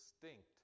distinct